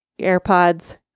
AirPods